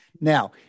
Now